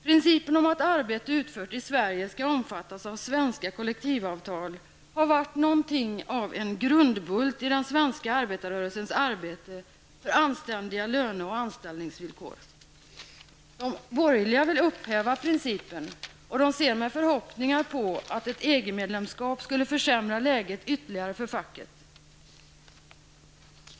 Principen om att arbete utfört i Sverige skall omfattas av svenska kollektivavtal har varit något av grundbult i den svenska arbetarrörelsens arbete för anständiga löne och anställningsvillkor. De borgerliga vill upphäva principen, och de ser med förhoppningar på att ett EG-medlemskap skulle försämra läget ytterligare för facket.